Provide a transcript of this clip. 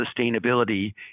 sustainability